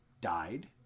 died